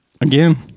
Again